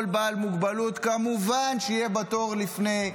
כל בעל מוגבלות כמובן יהיה בתור לפני,